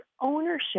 ownership